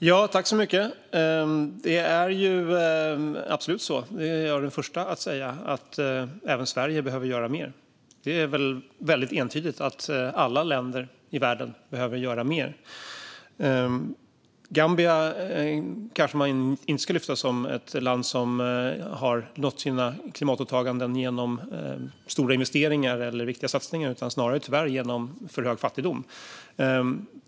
Herr talman! Det är absolut så - det är jag den första att säga - att även Sverige behöver göra mer. Det är väldigt entydigt att alla länder i världen behöver göra mer. Gambia kanske man inte ska lyfta fram som ett land som har nått sina klimatåtaganden genom stora investeringar eller viktiga satsningar. Tyvärr handlar det snarare om för hög fattigdom.